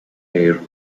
air